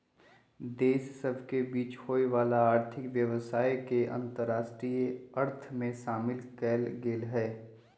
देश सभ के बीच होय वला आर्थिक व्यवसाय के अंतरराष्ट्रीय अर्थ में शामिल कएल गेल हइ